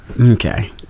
Okay